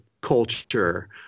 culture